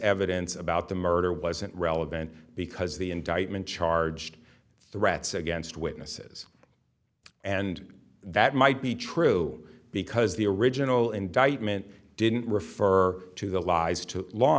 evidence about the murder wasn't relevant because the indictment charged threats against witnesses and that might be true because the original indictment didn't refer to the lies to law